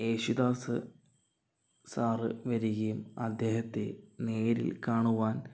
Yesudas sir വരികയും അദ്ദേഹത്തെ നേരിൽ കാണുവാൻ